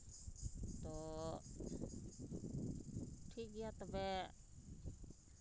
ᱛᱚ ᱴᱷᱤᱠᱜᱮᱭᱟ ᱛᱚᱵᱮ